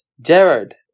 Jared